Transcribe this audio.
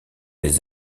des